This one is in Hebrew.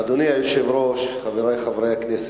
אדוני היושב-ראש, חברי חברי הכנסת,